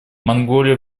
монголия